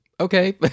okay